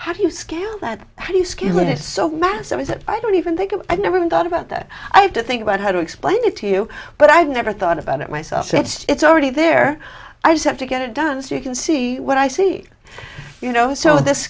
how do you ski lift so massive is that i don't even think of i never even thought about that i have to think about how to explain it to you but i never thought about it myself so it's already there i just have to get it done so you can see what i see you know so this